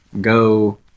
go